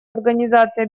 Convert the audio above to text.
организации